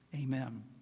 Amen